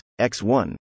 X1